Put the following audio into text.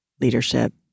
leadership